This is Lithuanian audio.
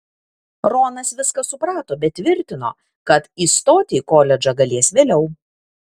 ronas viską suprato bet tvirtino kad įstoti į koledžą galės vėliau